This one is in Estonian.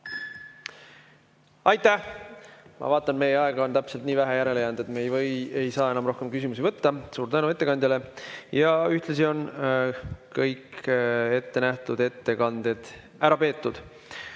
Aitäh! Ma vaatan, et aega on täpselt nii vähe järele jäänud, et me ei saa rohkem küsimusi võtta. Suur tänu ettekandjale! Ühtlasi on kõik ettenähtud ettekanded ära peetud.